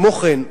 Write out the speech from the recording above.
כמו כן,